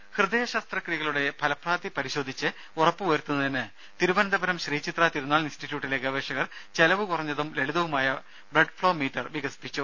രേര ഹൃദയ ശസ്ത്രക്രിയകളുടെ ഫലപ്രാപ്തി പരിശോധിച്ച് ഉറപ്പു വരുത്തുന്നതിന് തിരുവനന്തപുരം ശ്രീചിത്ര തിരുനാൾ ഇൻസ്റ്റിറ്റ്യൂട്ടിലെ ഗവേഷകർ ചെലവു കുറഞ്ഞതും ലളിതവുമായ ബ്ലഡ് ഫ്ളോ മീറ്റർ വികസിപ്പിച്ചു